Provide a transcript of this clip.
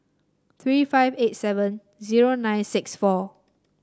three five eight seven zero nine six four